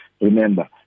Remember